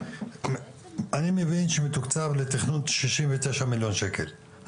אני מבין שמתוקצב לתכנון שישים ותשעה מיליון שקל,